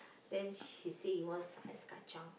then she say he wants Ice-Kacang